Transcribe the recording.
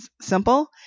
simple